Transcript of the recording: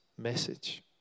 Message